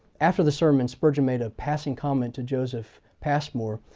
after the sermon spurgeon made a passing comment to joseph passmore,